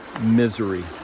misery